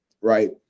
right